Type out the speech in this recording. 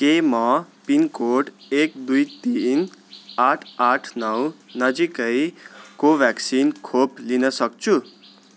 के म पिनकोड एक दुई तिन आठ आठ नौ नजिकै कोभ्याक्सिन खोप लिन सक्छु